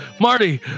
Marty